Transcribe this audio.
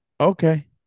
Okay